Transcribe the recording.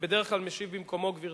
ובדרך כלל משיב במקומו, גברתי,